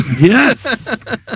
Yes